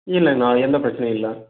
இல்லைண்ணா எந்த பிரச்சனையும் இல்லை